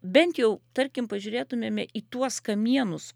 bent jau tarkim pažiūrėtumėme į tuos kamienus